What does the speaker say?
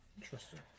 Interesting